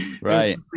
right